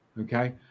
Okay